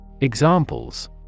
Examples